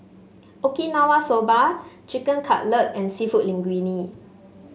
Okinawa Soba Chicken Cutlet and seafood Linguine